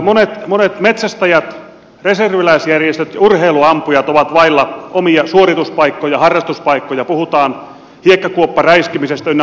monet metsästäjät reserviläisjärjestöt ja urheiluampujat ovat vailla omia suorituspaikkoja harrastuspaikkoja puhutaan hiekkakuopparäiskimisestä ynnä muuta